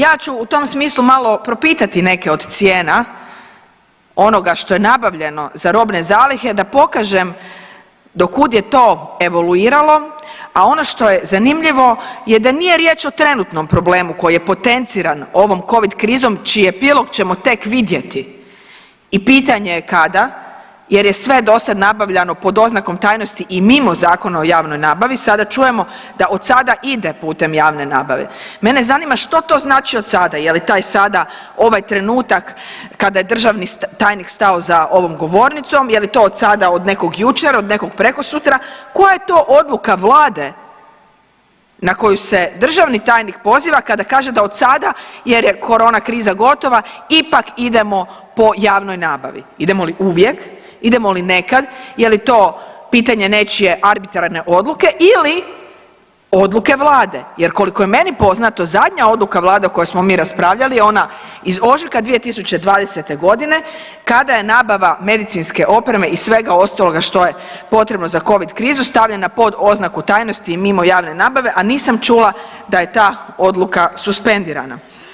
Ja ću u tom smislu propitati neke od cijena onoga što je nabavljeno za robne zalihe da pokažem do kud je to evaluiralo, a ono što je zanimljivo je da nije riječ o trenutnom problemu koji je potenciran ovom covid krizom čiji epilog ćemo tek vidjeti i pitanje je kada jer je sve dosad nabavljano pod oznakom tajnosti i mimo Zakona o javnoj nabavi, sada čujemo da odsada ide putem javne nabave, mene zanima što to znači odsada, je li taj sada ovaj trenutak kada je državni tajnik stao za ovom govornicom, je li to odsada od nekog jučer, od nekog prekosutra, koja je to odluka vlade na koju se državni tajnik poziva kada kaže da odsada jer je koronakriza gotova ipak idemo po javnoj nabavi, idemo li uvijek, idemo li nekad, je li to pitanje nečije arbitrarne odluke ili odluke vlade jer koliko je meni poznato zadnja odluka vlade o kojoj smo mi raspravljali je ona iz ožujka 2020.g. kada je nabava medicinske opreme i svega ostaloga što je potrebno za covid krizu stavljeno pod oznaku tajnosti i mimo javne nabave, a nisam čula da je ta odluka suspendirana.